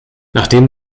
nachdem